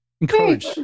encourage